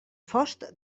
fost